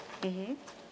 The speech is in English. mmhmm